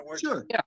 sure